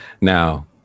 Now